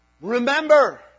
remember